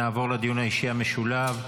נעבור לדיון האישי המשולב: